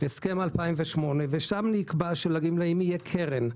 הסכם 2008, ושם נקבע שלגמלאים תהיה קרן.